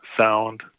sound